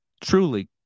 truly